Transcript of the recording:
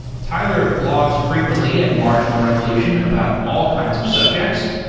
tyler blogs frequently at marginal revolution about all kinds of subjects.